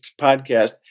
podcast